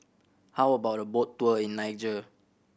how about a boat tour in Niger